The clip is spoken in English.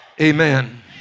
Amen